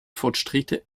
fortschritte